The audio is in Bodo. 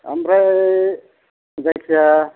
ओमफ्राय जायखिजाया